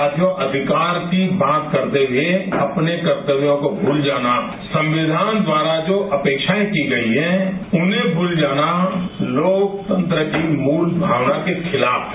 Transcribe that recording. साथ ही अधिकार की बात करते हुए अपने कर्तव्यों को भूल जाना संविधान द्वारा जो अपेक्षाएं की गयी हैं उन्हें भूल जाना लोकतंत्र की मूल भावना के खिलाफ है